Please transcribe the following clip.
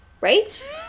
right